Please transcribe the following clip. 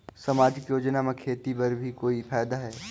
समाजिक योजना म खेती बर भी कोई फायदा है?